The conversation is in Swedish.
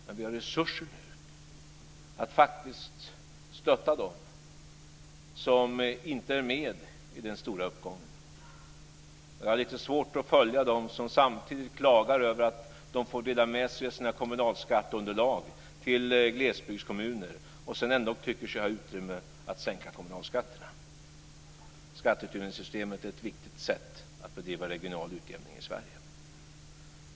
Men vi har nu resurser att faktiskt stötta dem som inte är med i den stora uppgången. Jag har lite svårt att följa dem som klagar över att de får dela med sig av sina kommunalskatteunderlag till glesbygdskommuner och som sedan ändock tycker sig ha utrymme att sänka kommunalskatterna. Skatteutjämningssystemet är ett viktigt sätt att bedriva regional utjämning i Sverige.